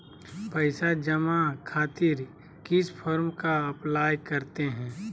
पैसा जमा खातिर किस फॉर्म का अप्लाई करते हैं?